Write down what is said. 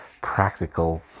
practical